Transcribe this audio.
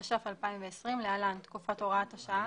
התש"ף 2020‏ (להלן, תקופת הוראת השעה),